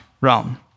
realm